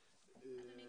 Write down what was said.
אדוני,